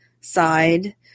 side